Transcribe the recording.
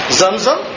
zamzam